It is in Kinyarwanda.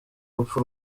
rupfu